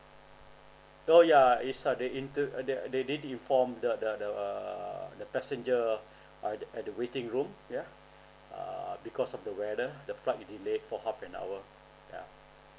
oh ya is uh they in~ they they did informed the the the passenger at at the waiting room yeah uh because of the weather the flight delay for half an hour yeah